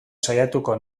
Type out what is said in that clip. saiatuko